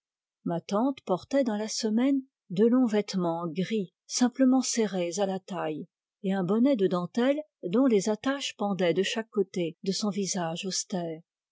ma tante portait dans la semaine de longs vêtements gris simplement serrés à la taille et un bonnet de dentelles dont les attaches pendaient de chaque côté de son visage austère